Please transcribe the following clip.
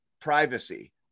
privacy